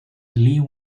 lee